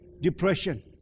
Depression